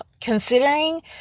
considering